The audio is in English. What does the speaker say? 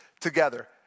together